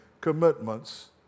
commitments